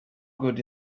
good